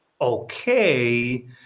okay